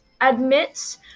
admits